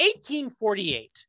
1848